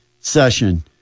session